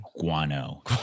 guano